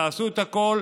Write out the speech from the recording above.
תעשו את הכול,